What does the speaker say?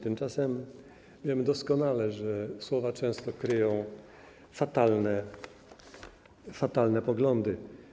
Tymczasem wiemy doskonale, że słowa często kryją fatalne poglądy.